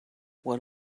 what